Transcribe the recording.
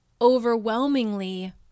overwhelmingly